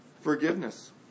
forgiveness